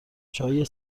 چای